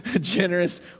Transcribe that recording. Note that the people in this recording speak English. generous